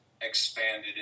expanded